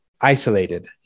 isolated